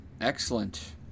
Excellent